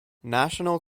national